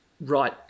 Right